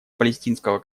палестинского